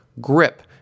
grip